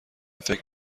فکر